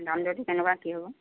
দাম দৰটো তেনেকুৱা কি হ'ব